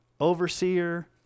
overseer